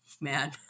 man